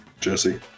Jesse